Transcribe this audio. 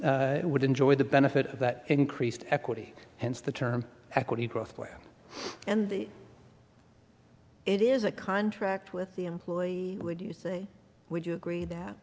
would enjoy the benefit that increased equity hence the term equity growth way and it is a contract with the employee would you say would you agree that